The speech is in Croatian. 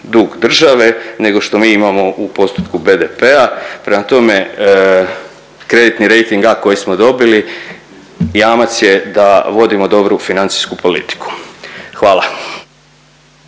dug države nego što mi imamo u postotku BDP-a, prema tome kreditni rejting A koji smo dobili jamac je da vodimo dobru financijsku politiku. Hvala.